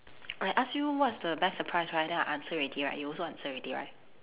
I ask you what's the best surprise right then I answer already you also answer already right